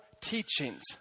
teachings